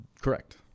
Correct